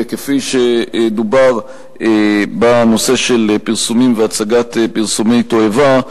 כפי שדובר בנושא של פרסומים והצגת פרסומי תועבה,